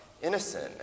Innocent